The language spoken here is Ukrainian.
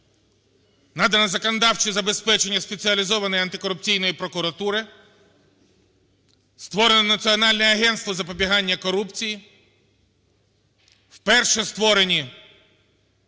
надано законодавче забезпечення Спеціалізованої антикорупційної прокуратури; створено Національне агентство з запобігання корупції; вперше створено